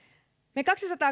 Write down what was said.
me kaksisataa